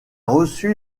reçu